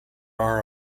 are